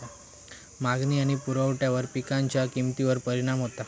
मागणी आणि पुरवठ्यावर पिकांच्या किमतीवर परिणाम होता